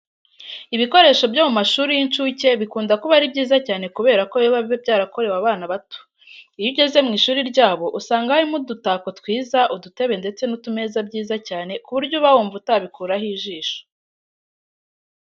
Ibikoresho byo mu mashuri y'inshuke bikunda kuba ari byiza cyane kubera ko biba byarakorewe abana batoya. Iyo ugeze mu ishuri ryabo usanga harimo udutako twiza, udutebe ndetse n'utumeza byiza cyane ku buryo uba wumva utabikuraho ijisho.